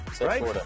Right